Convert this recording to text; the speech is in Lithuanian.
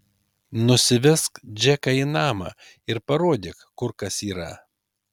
nusivesk džeką į namą ir parodyk kur kas yra